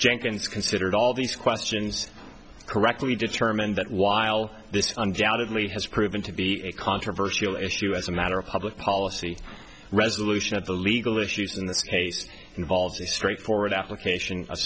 jenkins considered all these questions correctly determined that while this undoubtedly has proven to be a controversial issue as a matter of public policy resolution of the legal issues in this case involves a straightforward application of